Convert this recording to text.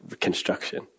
construction